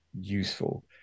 useful